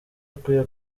akwiye